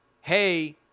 hey